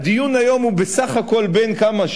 הדיון היום הוא בסך הכול בן כמה?